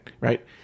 Right